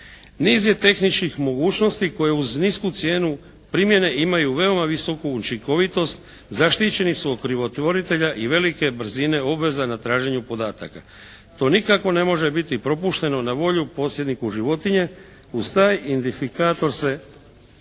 niz je tehničkih mogućnosti koje uz nisku cijenu primjene ima veoma visoku učinkovitost, zaštićeni su od krivotvoritelja i velike brzine obveza na traženju podataka. To nikako ne može biti prepušteno na volju posjedniku životinje. Uz taj indifikator se